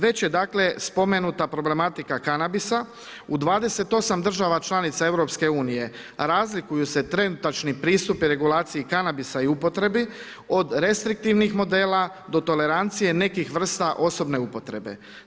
Već je spomenuta problematika kanabisa u 28 država članica EU razlikuju se trenutačni pristupi regulaciji kanabisa i upotrebi od restriktivnih modela do tolerancije nekih vrsta osobne upotrebe.